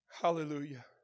Hallelujah